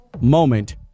moment